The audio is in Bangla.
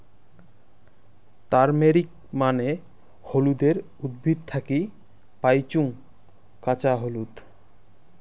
তারমেরিক মানে হলুদের উদ্ভিদ থাকি পাইচুঙ কাঁচা হলুদ